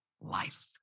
life